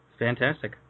Fantastic